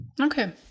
Okay